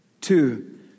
Two